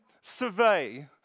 survey